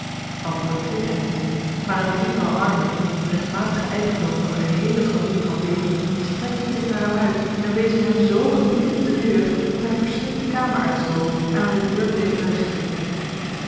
antwoord kreeg hij niet maar een drietal armen de regtmatige eigendommen van de geheele familie van beem strekten zich naar hem uit en wezen hem z gebiedend de deur dat hij verschrikt de kamer uitstoof en aan de deur bleef luisteren